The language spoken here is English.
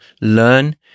learn